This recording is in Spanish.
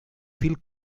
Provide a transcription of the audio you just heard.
phil